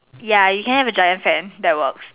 ya you can have a giant fan that works